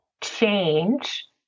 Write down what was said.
change